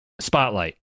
Spotlight